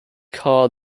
car